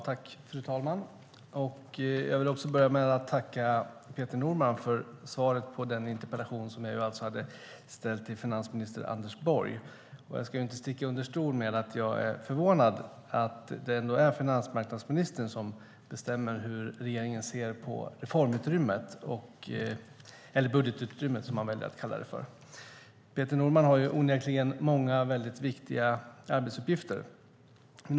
Fru talman! Jag vill börja med att tacka Peter Norman för svaret på den interpellation som jag hade ställt till finansminister Anders Borg. Jag ska inte sticka under stol med att jag är förvånad över att det ändå är finansmarknadsministern som bestämmer hur regeringen ser på reformutrymmet, eller budgetutrymmet, som man väljer att kalla det för. Peter Norman har onekligen många väldigt viktiga arbetsuppgifter.